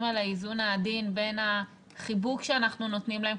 על האיזון העדין בין החיבוק שאנחנו נותנים להם,